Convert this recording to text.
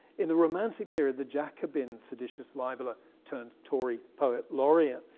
in the romantic period, the jacobin seditious libeller turned tory poet laureate,